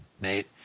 Nate